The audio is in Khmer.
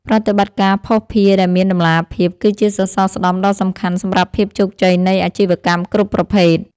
ប្រតិបត្តិការភស្តុភារដែលមានតម្លាភាព គឺជាសសរស្តម្ភដ៏សំខាន់សម្រាប់ភាពជោគជ័យនៃអាជីវកម្មគ្រប់ប្រភេទ។